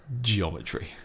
geometry